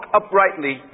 uprightly